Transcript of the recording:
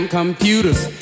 computers